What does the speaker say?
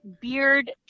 beard